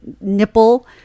nipple